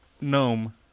Gnome